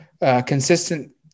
consistent